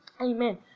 Amen